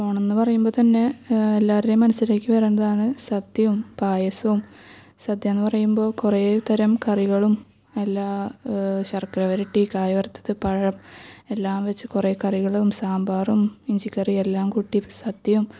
ഓണം എന്ന് പറയുമ്പോൾ തന്നെ എല്ലാവരുടേയും മനസിലേക്ക് വരുന്നതാണ് സദ്യയും പായസവും സദ്യ എന്ന് പറയുമ്പോൾ കുറേ തരം കറികളും എല്ലാ ശർക്കര വരട്ടി കായ വറുത്തത് പഴം എല്ലാം വച്ച് കുറേ കറികളും സാമ്പാറും ഇഞ്ചിക്കറിയും എല്ലാം കൂട്ടി സദ്യയും